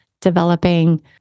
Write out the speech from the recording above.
developing